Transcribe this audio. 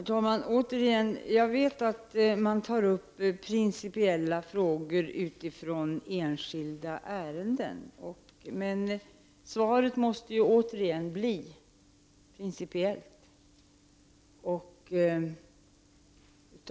Herr talman! Jag vet att man tar upp principiella frågor utifrån enskilda ärenden, men svaret måste återigen bli principiellt.